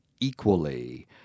equally